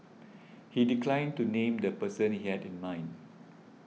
he declined to name the person he had in mind